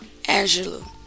Angelou